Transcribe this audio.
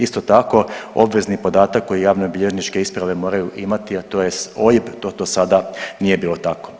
Isto tako, obvezni podatak koje javnobilježničke isprave moraju imati, a to je OIB, do sada nije bilo tako.